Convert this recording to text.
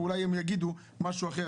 אולי הם יגידו משהו אחר,